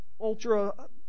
ultra